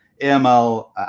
AML